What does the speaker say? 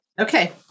Okay